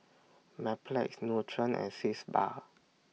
Mepilex Nutren and Sitz Bath